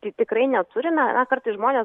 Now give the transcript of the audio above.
tai tikrai neturime kartais žmonės